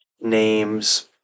names